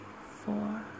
four